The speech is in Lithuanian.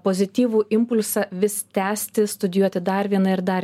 pozityvų impulsą vis tęsti studijuoti dar vieną ir dar